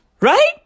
Right